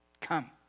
come